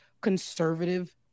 conservative